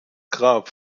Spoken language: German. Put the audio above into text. grab